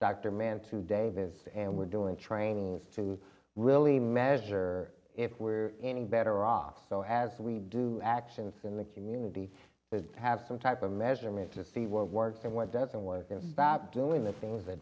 dr mann to davis and we're doing training to really measure if we're any better off so as we do actions in the community to have some type of measurement to see what works and what doesn't work about doing the things